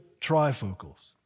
trifocals